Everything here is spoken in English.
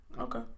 Okay